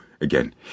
again